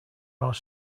are